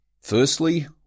Firstly